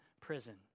prison